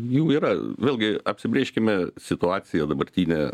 jų yra vėlgi apsibrėžkime situaciją dabartinę